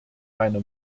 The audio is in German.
meine